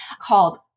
called